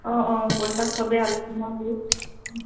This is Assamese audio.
অঁ অঁ পইছা চবেই আলোচনা কৰি